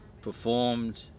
performed